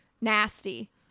Nasty